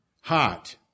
hot